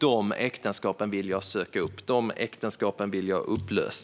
De äktenskapen vill jag söka upp och upplösa, punkt.